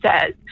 says